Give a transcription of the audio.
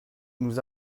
nous